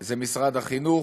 זה משרד החינוך,